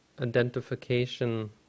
identification